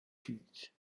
fills